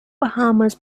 bahamas